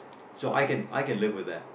so I can I can live with that